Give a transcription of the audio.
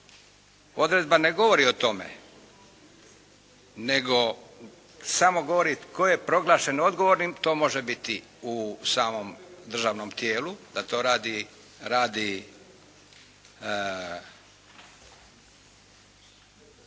odredba ne govori o tome, nego samo govori tko je proglašen odgovornim, to može biti u samom državnom tijelu, da to radi,